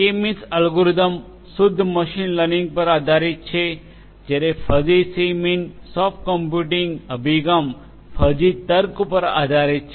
કે means algorithm શુદ્ધ machine learning પર આધારિત છે જ્યારે fuzzy C mean soft computing અભિગમ ફઝી તર્ક પર આધારિત છે